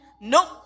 Nope